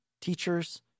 teachers